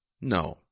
no